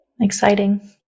Exciting